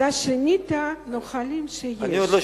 אתה שינית נהלים שיש.